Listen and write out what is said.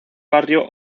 barrio